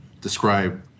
describe